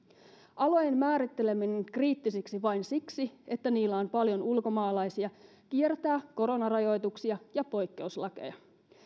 alojen määritteleminen kriittisiksi vain siksi että niillä on paljon ulkomaalaisia kiertää koronarajoituksia ja poikkeuslakeja